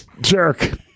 jerk